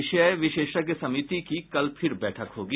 विषय विशेषज्ञ समिति की कल फिर बैठक होगी